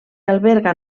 alberga